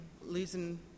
losing